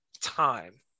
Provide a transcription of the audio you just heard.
time